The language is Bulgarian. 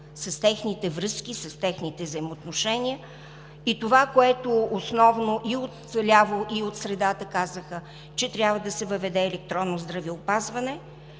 с техните връзки, с техните взаимоотношения и това, което основно и от ляво, и от средата казаха, че трябва да се въведе електронно здравеопазване.